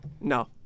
No